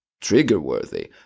trigger-worthy